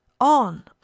On